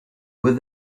with